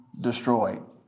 destroyed